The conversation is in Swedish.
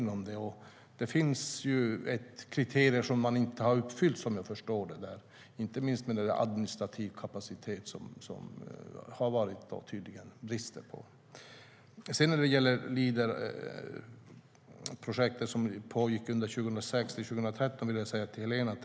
Som jag förstår det finns det ett kriterium som inte har uppfyllts, inte minst i fråga om administrativ kapacitet där det tydligen har funnits brister. Sedan var det frågan om Leaderprojektet som pågick under tiden 2006-2013.